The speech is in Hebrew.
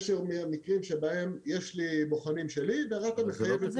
יש מקרים שבהם יש לי בוחנים שלי ורת"א מחייבת אותי.